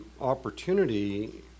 opportunity